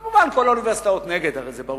כמובן, כל האוניברסיטאות נגד, הרי זה ברור,